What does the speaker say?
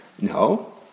No